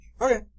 Okay